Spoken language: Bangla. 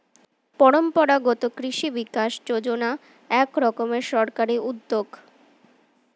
পরম্পরাগত কৃষি বিকাশ যোজনা এক রকমের সরকারি উদ্যোগ